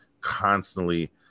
constantly